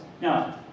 Now